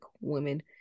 women